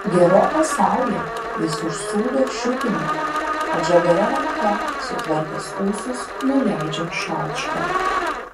geroka sauja jis užsūdo šiupinį atžagaria ranka sutvarkęs ūsus nuleidžia šaukštą